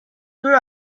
peu